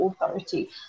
authority